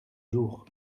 jour